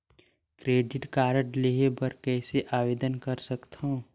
Credit card लेहे बर कइसे आवेदन कर सकथव?